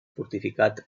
fortificat